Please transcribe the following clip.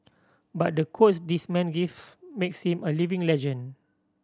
but the quotes this man gives makes him a living legend